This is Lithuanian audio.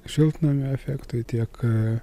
šiltnamio efektui tiek a